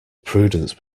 prudence